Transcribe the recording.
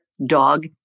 Dog